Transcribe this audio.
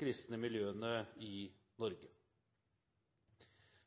kristne miljøene i Norge.